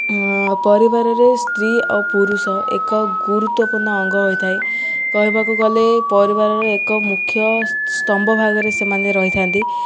ପରିବାରରେ ସ୍ତ୍ରୀ ଆଉ ପୁରୁଷ ଏକ ଗୁରୁତ୍ୱପୂର୍ଣ୍ଣ ଅଙ୍ଗ ହୋଇଥାଏ କହିବାକୁ ଗଲେ ପରିବାରର ଏକ ମୁଖ୍ୟ ସ୍ତମ୍ଭ ଭାଗରେ ସେମାନେ ରହିଥାନ୍ତି